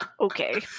Okay